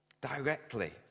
directly